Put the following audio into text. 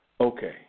Okay